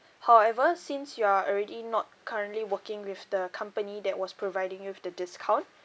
however since you are already not currently working with the company that was providing you with the discount